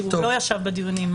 שלא ישב בדיונים,